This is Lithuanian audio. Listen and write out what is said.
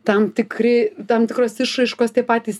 tam tikri tam tikros išraiškos tie patys